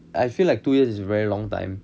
I feel like two years is a very long time